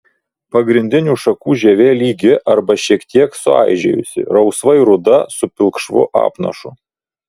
pagrindinių šakų žievė lygi arba šiek tiek suaižėjusi rausvai ruda su pilkšvu apnašu